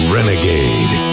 Renegade